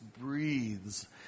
breathes